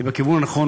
היא בכיוון הנכון,